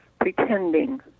pretending